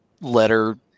letter